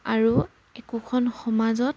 আৰু একোখন সমাজত